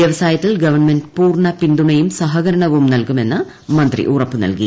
വ്യവസായത്തിൽ ഗവൺമെന്റ് പൂർണ്ണ പിന്തുണയും സഹകരണവും നൽകുമെന്ന് മന്ത്രി ഉറപ്പ് നൽകി